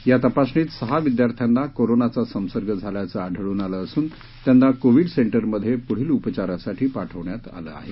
या तपासणीत सहा विद्यार्थ्यांना कोरोना चा संसर्ग झाल्याचं आढळून आलं असून त्यांना कोविड सेंटरमध्ये पुढील उपचारासाठी पाठविण्यात आले आहे